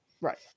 Right